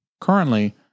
currently